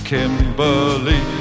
Kimberly